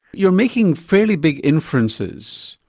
you're making fairly big inferences.